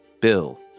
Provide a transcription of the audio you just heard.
Bill